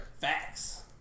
facts